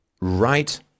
right